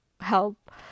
help